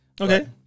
Okay